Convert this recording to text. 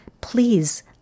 please